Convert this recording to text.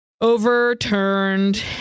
overturned